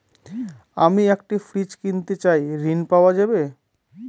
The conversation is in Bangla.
আমি একটি ফ্রিজ কিনতে চাই ঝণ পাওয়া যাবে?